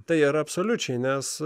tai yra absoliučiai nes